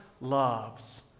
loves